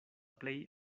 plej